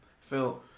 Phil